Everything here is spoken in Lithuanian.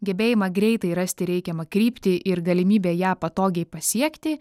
gebėjimą greitai rasti reikiamą kryptį ir galimybę ją patogiai pasiekti